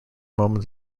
moment